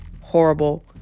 horrible